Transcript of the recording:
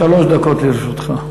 שלוש דקות לרשותך.